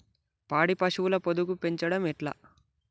పాడి పశువుల పొదుగు పెంచడం ఎట్లా?